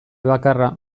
bakarra